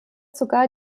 sogar